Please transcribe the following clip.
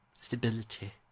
stability